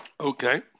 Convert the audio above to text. Okay